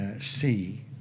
see